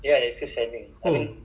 oh masih ada lagi eh